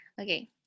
Okay